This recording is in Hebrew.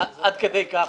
עד כדי כך